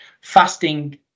fasting